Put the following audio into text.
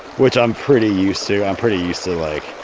which i'm pretty used to. i'm pretty used to, like,